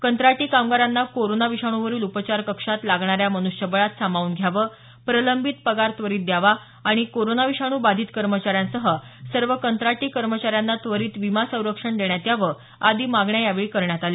कंत्राटी कामगारांना कोरोना विषाणूवरील उपचार कक्षात लागणाऱ्या मन्ष्यबळात सामावून घ्यावं प्रलंबित पगार त्वरित द्यावा आणि कोरोना विषाणू बाधित कर्मचाऱ्यांसह सर्व कंत्राटी कर्मचाऱ्यांना त्वरित विमा संरक्षण देण्यात यावं आदी मागण्या यावेळी करण्यात आल्या